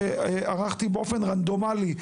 שערכתי באופן רנדומלי,